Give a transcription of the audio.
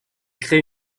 crée